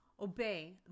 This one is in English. obey